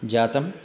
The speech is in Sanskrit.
जातम्